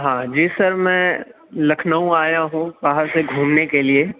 ہاں جی سر میں لکھنؤ آیا ہوں باہر سے گھومنے کے لیے